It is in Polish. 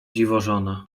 dziwożona